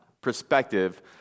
perspective